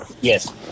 yes